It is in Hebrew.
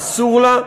אסור לה,